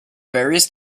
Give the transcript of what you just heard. various